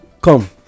come